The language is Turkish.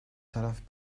taraf